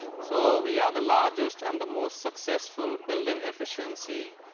so we are the largest and the most successful building efficiency